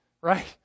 right